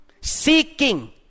Seeking